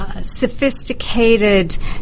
Sophisticated